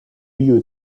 you